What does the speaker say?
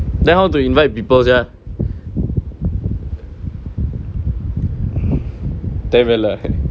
then how to invite people sia தேவ இல்ல:theva illa